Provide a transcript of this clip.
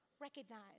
recognize